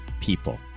people